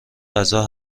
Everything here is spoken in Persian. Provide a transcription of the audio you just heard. غذا